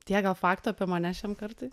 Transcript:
tiek gal faktų apie mane šiam kartui